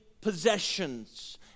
possessions